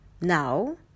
Now